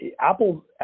Apple